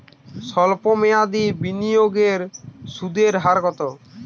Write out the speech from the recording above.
সল্প মেয়াদি বিনিয়োগের সুদের হার কত?